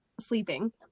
sleeping